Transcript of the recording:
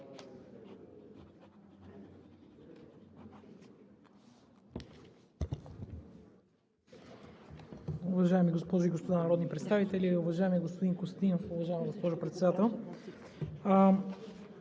Уважаеми госпожи и господа народни представители, уважаеми господин Костадинов, уважаема госпожо Председател!